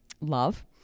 love